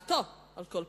לטענתו, על כל פנים,